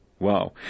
Wow